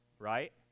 Right